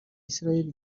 isiraheli